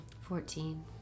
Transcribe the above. Fourteen